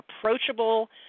approachable